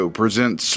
presents